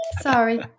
Sorry